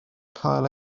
cael